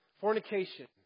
Fornication